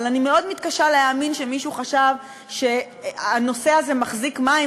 אבל אני מאוד מתקשה להאמין שמישהו חשב שהנושא הזה מחזיק מים